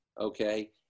okay